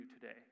today